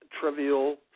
trivial